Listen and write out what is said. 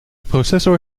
processor